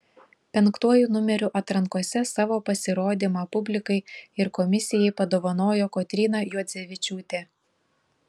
penktuoju numeriu atrankose savo pasirodymą publikai ir komisijai padovanojo kotryna juodzevičiūtė